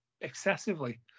excessively